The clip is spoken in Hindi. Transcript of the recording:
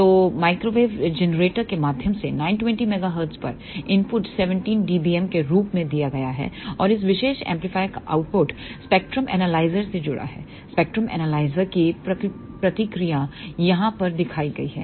तो माइक्रोवेव जनरेटर के माध्यम से 920 मेगाहर्ट्ज पर इनपुट 17 dBm के रूप में दिया गया था और इस विशेष एम्पलीफायर का आउटपुट स्पेक्ट्रम एनालाइजर से जुड़ा था स्पेक्ट्रम एनालाइजर की प्रतिक्रिया यहां पर दिखाई गई है